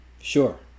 sure